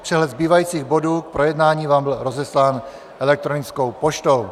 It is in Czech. Přehled zbývajících bodů k projednání vám byl rozeslán elektronickou poštou.